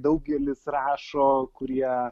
daugelis rašo kurie